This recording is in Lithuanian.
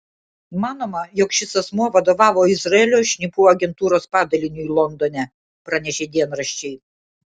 manoma jog šis asmuo vadovavo izraelio šnipų agentūros padaliniui londone pranešė dienraščiai